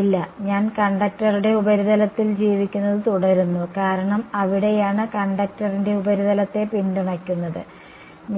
ഇല്ല ഞാൻ കണ്ടക്ടറുടെ ഉപരിതലത്തിൽ ജീവിക്കുന്നത് തുടരുന്നു കാരണം അവിടെയാണ് കണ്ടക്ടറിന്റെ ഉപരിതലത്തെ പിന്തുണയ്ക്കുന്നത്